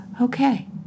okay